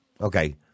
Okay